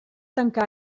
tancà